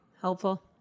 helpful